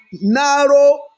narrow